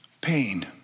Pain